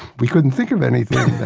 we couldn't think of anything that